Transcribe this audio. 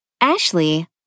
Ashley